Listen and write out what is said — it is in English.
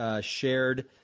shared